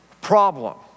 problem